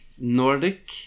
nordic